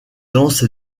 danse